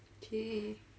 !chey!